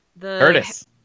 Curtis